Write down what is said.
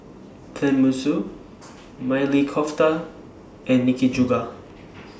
Tenmusu Maili Kofta and Nikujaga